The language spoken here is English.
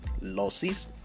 losses